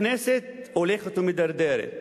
הכנסת הולכת ומידרדרת,